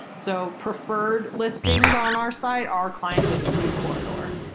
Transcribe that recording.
so preferred listings on our site are clients of the food corridor.